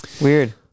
weird